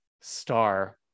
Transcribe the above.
Star